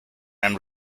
and